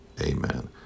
amen